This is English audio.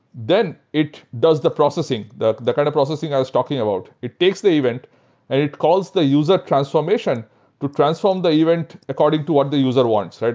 then it does the processing, the the kind of processing i was talking about. it takes the event and it calls the user transformation to transform the event according to what the user wants. so